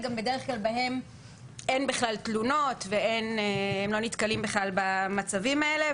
בדרך כלל בהם אין בכלל תלונות והם לא נתקלים בכלל במצבים האלה.